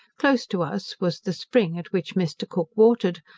close to us was the spring at which mr. cook watered,